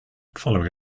following